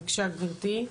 בבקשה גברתי.